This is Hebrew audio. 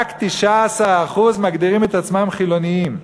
רק 19% מגדירים את עצמם חילונים,